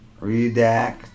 Redact